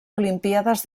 olimpíades